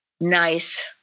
nice